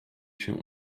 się